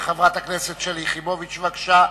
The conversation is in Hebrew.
חברת הכנסת שלי יחימוביץ, בבקשה.